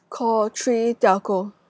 call three telco